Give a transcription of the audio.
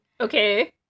Okay